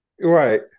Right